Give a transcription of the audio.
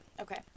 Okay